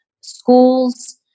schools